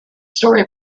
story